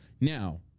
Now